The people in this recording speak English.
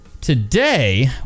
Today